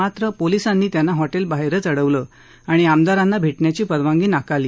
मात्र पोलिसांनी त्यांना हॉटेलबाहेरच अडवलं आणि आमदारांना भेटण्याची परवानगी नाकारली